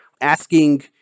Asking